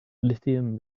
lithium